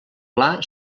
pla